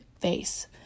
face